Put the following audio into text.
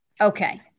Okay